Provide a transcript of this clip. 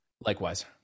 likewise